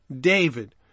David